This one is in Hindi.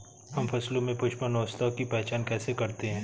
हम फसलों में पुष्पन अवस्था की पहचान कैसे करते हैं?